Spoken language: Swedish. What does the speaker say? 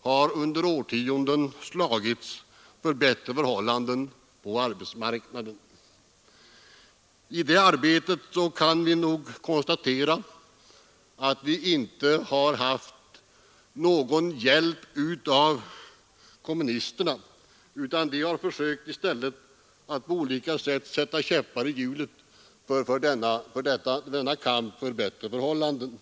har under årtionden slagits för bättre förhållanden på arbetsmarknaden. I det arbetet kan vi nog konstatera att vi inte haft någon hjälp av kommunisterna. De har försökt på olika sätt sätta käppar i hjulet för denna kamp för bättre förhållanden.